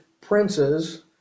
princes